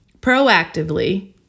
proactively